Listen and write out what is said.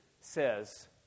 says